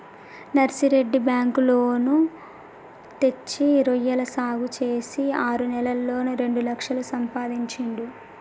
Narsireddy bank loan తెచ్చి రొయ్యల సాగు చేసి ఆరు నెలల్లోనే రెండు లక్షలు సంపాదించిండు